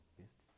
best